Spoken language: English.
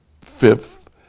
fifth